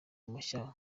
mushya